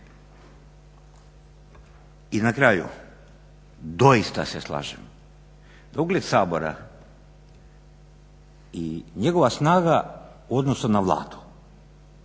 I na kraju, doista se slažem da ugled Sabora i njegova snaga u odnosu na Vladu